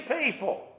people